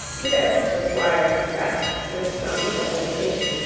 this, the squire confessed, with some little hesitation,